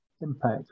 impact